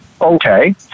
okay